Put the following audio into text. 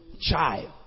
child